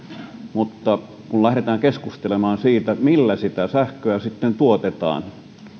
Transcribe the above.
mutta kun lähdetään keskustelemaan siitä millä sitä sähköä sitten tuotetaan